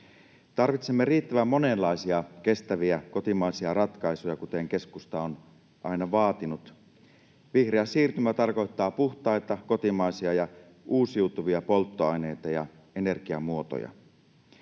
Tarvitsemme riittävän monenlaisia kestäviä kotimaisia ratkaisuja, kuten keskusta on aina vaatinut. Vihreä siirtymä tarkoittaa puhtaita, kotimaisia ja uusiutuvia polttoaineita ja energiamuotoja.